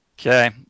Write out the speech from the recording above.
Okay